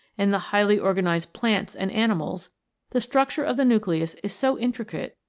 in the highly organised plants and animals the structure of the nucleus is so intricate,